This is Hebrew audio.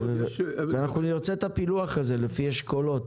אנחנו נרצה לראות את הפילוח הזה לפי אשכולות,